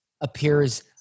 appears